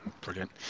Brilliant